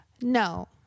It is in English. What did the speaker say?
No